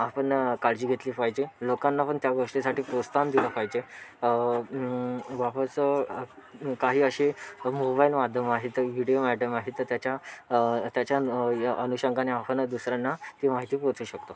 आपण काळजी घेतली पाहिजे लोकांना पण त्या गोष्टीसाठी प्रोत्साहन दिलं पाहिजे वापस काही असे मोबाइल माध्यमं आहेत विडियो माध्यमं आहेत तर त्याच्या त्याच्या अनुषंगाने आपण दुसऱ्यांना ती माहिती पोहचवू शकतो